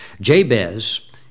Jabez